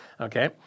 okay